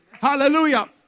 Hallelujah